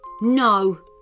No